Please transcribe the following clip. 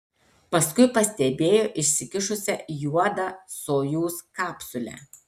paskui pastebėjo išsikišusią juodą sojuz kapsulę